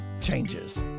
changes